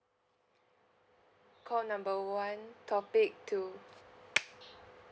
call number one topic two